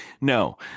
No